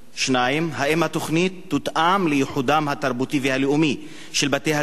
2. האם התוכנית תותאם לייחודם התרבותי והלאומי של בתי-הספר